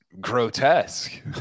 grotesque